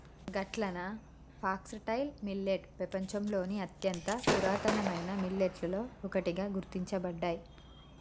గట్లన foxtail millet పెపంచంలోని అత్యంత పురాతనమైన మిల్లెట్లలో ఒకటిగా గుర్తించబడ్డాయి